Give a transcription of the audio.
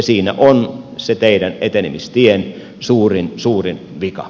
siinä on se teidän etenemistien suurin suurin vika